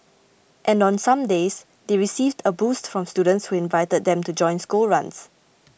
and on some days they received a boost from students who invited them to join school runs